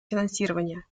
финансирования